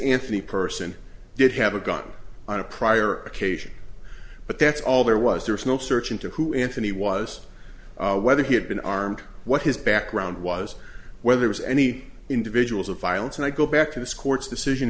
anthony person did have a gun on a prior occasion but that's all there was there was no searching to who anthony was whether he had been armed what his background was whether there was any individuals of violence and i go back to this court's decision